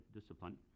discipline